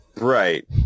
Right